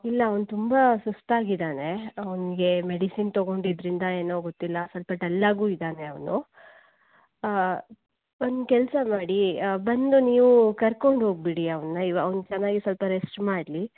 ಇಲ್ಲ ಅವನು ತುಂಬ ಸುಸ್ತಾಗಿದ್ದಾನೆ ಅವನಿಗೆ ಮೆಡಿಸಿನ್ ತಗೊಂಡಿದ್ರಿಂದ ಏನೋ ಗೊತ್ತಿಲ್ಲ ಸ್ವಲ್ಪ ಡಲ್ಲಾಗೂ ಇದ್ದಾನೆ ಅವನು ಒಂದು ಕೆಲಸ ಮಾಡಿ ಬಂದು ನೀವು ಕರ್ಕೊಂಡು ಹೋಗಿಬಿಡಿ ಅವನನ್ನ ಅವನು ಚೆನ್ನಾಗಿ ಸ್ವಲ್ಪ ರೆಸ್ಟ್ ಮಾಡಲಿ